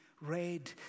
Red